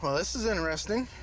this is interesting.